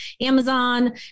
Amazon